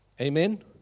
Amen